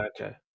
Okay